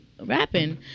rapping